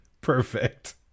Perfect